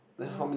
yeah